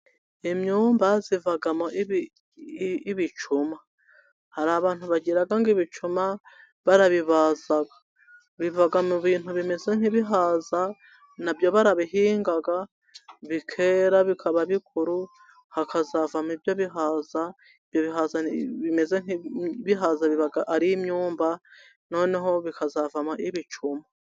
Imyumba ivamo ibicuma, hari abantu bagira ngo ibicuma barabibaza, biva mu bintu bimeze nk’ibihaza. Nabyo barabihinga, bikera bikaba bikuru, hakazavamo ibyo bihaza. Ibyo bihaza bimeze nk’ibihaza, biba ari imyumba, noneho bikazavamo ibicuma.